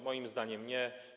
Moim zdaniem nie.